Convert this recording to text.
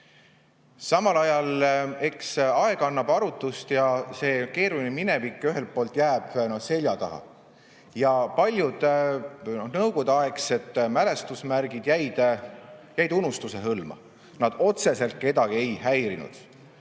Samas, eks aeg annab arutust ja see keeruline minevik jääb seljataha. Paljud nõukogudeaegsed mälestusmärgid jäid unustuse hõlma. Nad otseselt kedagi ei häirinud,